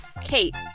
Kate